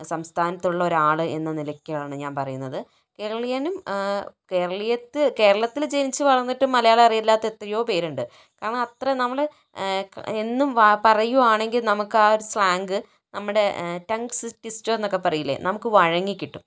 സംസ്ഥാനത്ത് ഉള്ള ഒരാൾ എന്ന നിലക്കാണ് ഞാൻ പറയുന്നത് കേരളീയനും കേരളീയത് കേരളത്തിൽ ജനിച്ച് വളർന്നിട്ട് മലയാളം അറിയില്ലാത്ത എത്രയോ പേരുണ്ട് കാരണം അത്ര നമ്മൾ എന്നും വാ പറയുകയാണെങ്കിൽ നമുക്ക് ആ ഒരു സ്ലാങ് നമ്മുടെ റ്റങ്സ് ട്വിസ്റ്റ് ട്വിസ്റ്റർ എന്നൊക്കെ പറയില്ലേ നമുക്ക് വഴങ്ങി കിട്ടും